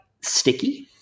Sticky